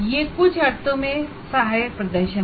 यह कुछ अर्थों में असिस्टेड परफॉर्मेंस है